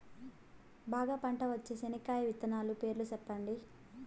బాగా పంట వచ్చే చెనక్కాయ విత్తనాలు పేర్లు సెప్పండి?